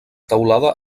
teulada